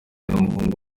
n’umuhungu